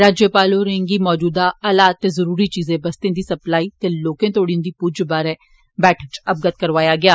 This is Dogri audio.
राज्यपाल होरेंगी मौजूदा हालात ते जरूरी चीजे बस्तें दी सप्लाई ते लोकें तोड़ी उन्दी पुज्ज बारै अवगत करौआया गेआ